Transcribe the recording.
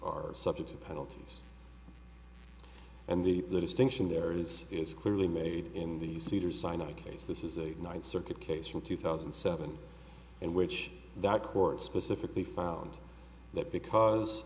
are subject to penalties and the distinction there is is clearly made in the cedars sinai case this is a united circuit case from two thousand and seven and which that court specifically found that because